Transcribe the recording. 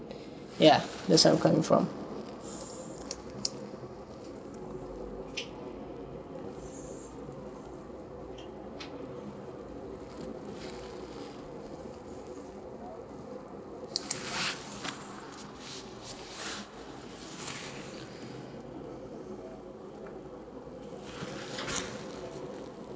ya that's where I'm coming from